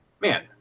Man